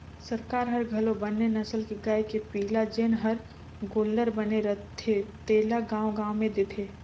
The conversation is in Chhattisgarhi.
सरकार हर घलो बने नसल के गाय के पिला जेन हर गोल्लर बने रथे तेला गाँव गाँव में देथे